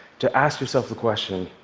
to ask yourself the question,